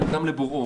בין אדם לבוראו.